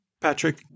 Patrick